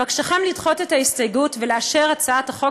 אבקשכם לדחות את ההסתייגות ולאשר הצעת החוק